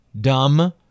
dumb